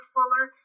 Fuller